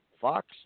Fox